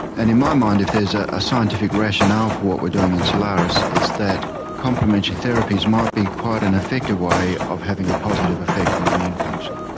and in my mind if there's ah a scientific rationale for what we're doing in solaris it's that complementary therapies might be quite an effective way of having a positive effect on immune function.